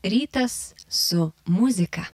rytas su muzika